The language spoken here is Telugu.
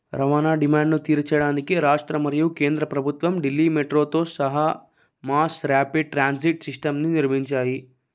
రవాణా డిమ్యాండ్ను తీర్చడానికి రాష్ట్ర మరియు కేంద్ర ప్రభుత్వం ఢిల్లీ మెట్రోతో సహా మాస్ ర్యాపిడ్ ట్రాన్సిట్ సిస్టమ్ని నిర్వహించాయి